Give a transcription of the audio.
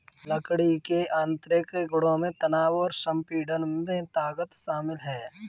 लकड़ी के यांत्रिक गुणों में तनाव और संपीड़न में ताकत शामिल है